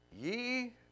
ye